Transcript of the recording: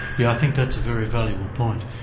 yeah think that's a very valuable point.